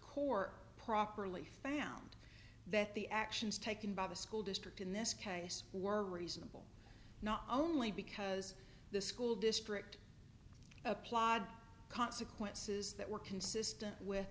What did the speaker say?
court properly found that the actions taken by the school district in this case were reasonable not only because the school district applied consequences that were consistent with